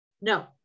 No